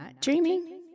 dreaming